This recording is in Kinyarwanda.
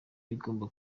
bigomba